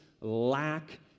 lack